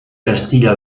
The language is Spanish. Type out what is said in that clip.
castilla